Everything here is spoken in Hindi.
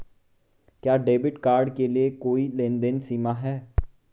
क्या डेबिट कार्ड के लिए कोई लेनदेन सीमा है?